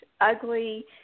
ugly